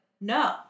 no